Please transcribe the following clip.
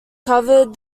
covered